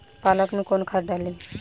पालक में कौन खाद डाली?